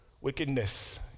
Wickedness